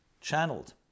channeled